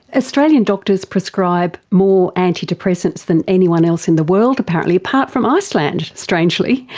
australian doctors prescribe more antidepressants than anyone else in the world apparently, apart from iceland, strangely.